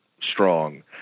strong